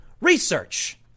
research